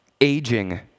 aging